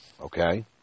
okay